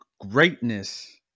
greatness